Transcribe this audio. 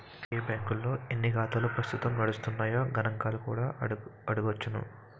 ఏ బాంకుల్లో ఎన్ని ఖాతాలు ప్రస్తుతం నడుస్తున్నాయో గణంకాలు కూడా అడగొచ్చును